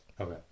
okay